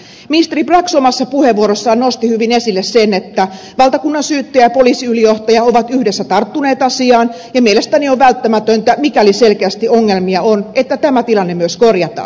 ministeri brax omassa puheenvuorossaan nosti hyvin esille sen että valtakunnansyyttäjä ja poliisiylijohtaja ovat yhdessä tarttuneet asiaan ja mielestäni on välttämätöntä mikäli selkeästi ongelmia on että tämä tilanne myös korjataan